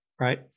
right